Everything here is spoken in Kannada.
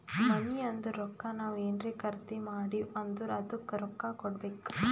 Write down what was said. ಮನಿ ಅಂದುರ್ ರೊಕ್ಕಾ ನಾವ್ ಏನ್ರೇ ಖರ್ದಿ ಮಾಡಿವ್ ಅಂದುರ್ ಅದ್ದುಕ ರೊಕ್ಕಾ ಕೊಡ್ಬೇಕ್